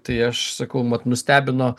tai aš sakau mat nustebino